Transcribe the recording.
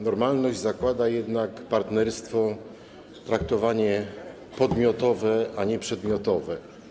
Normalność zakłada jednak partnerstwo, traktowanie podmiotowe, a nie przedmiotowe.